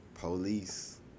Police